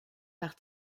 par